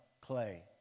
clay